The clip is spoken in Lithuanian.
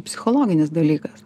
psichologinis dalykas